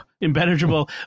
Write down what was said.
impenetrable